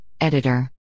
editor